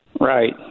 Right